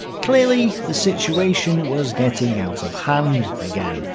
clearly the situation was getting out of hand again.